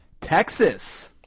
Texas